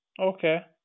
Okay